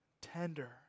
tender